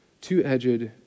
two-edged